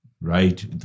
right